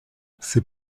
c’est